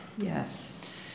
Yes